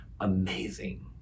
amazing